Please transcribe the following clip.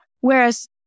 Whereas